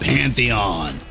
Pantheon